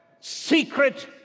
secret